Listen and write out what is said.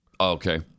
okay